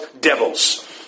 devils